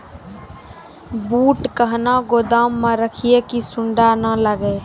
बूट कहना गोदाम मे रखिए की सुंडा नए लागे?